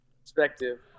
perspective